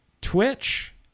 twitch